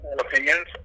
opinions